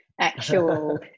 actual